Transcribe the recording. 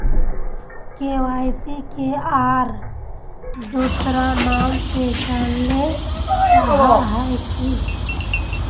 KYC के आर दोसरा नाम से जानले जाहा है की?